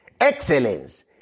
Excellence